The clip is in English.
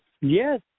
Yes